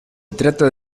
trata